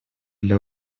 для